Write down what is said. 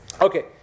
Okay